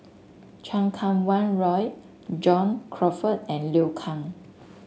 Chan Kum Wah Roy John Crawfurd and Liu Kang